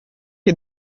che